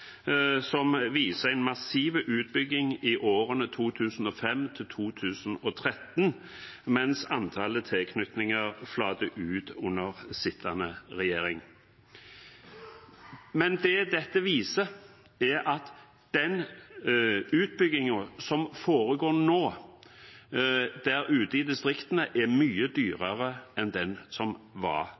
som sier noe annet. På side 15 viser en graf en massiv utbygging i årene 2005 til 2013, mens antallet tilknytninger flater ut under sittende regjering. Det dette viser, er at den utbyggingen som foregår nå der ute i distriktene, er mye dyrere enn den som var